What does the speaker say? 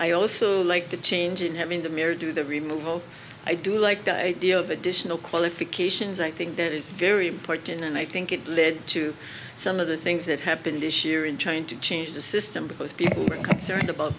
i also like the change in having the mirror do the removeable i do like the idea of additional qualifications i think that it's very important and i think it led to some of the things that happened this year in change to change the system because people are concerned about